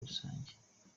rusange